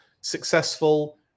successful